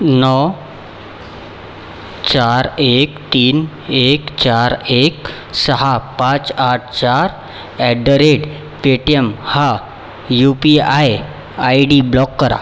नऊ चार एक तीन एक चार एक सहा पाच आठ चार ऍट द रेट पेटीएम हा U P I I D block करा